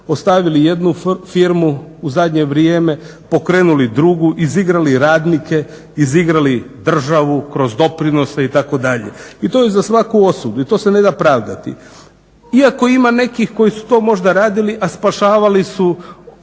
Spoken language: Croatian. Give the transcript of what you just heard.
ostavili jednu firmu u zadnje vrijeme, pokrenuli drugu, izigrali radnike, izigrali državu kroz doprinose itd. i to je za svaku osudu i to se neda pravdati. Iako ima nekih koji su to možda radili, a spašavali su